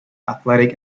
athletic